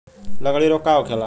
लगड़ी रोग का होखेला?